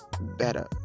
better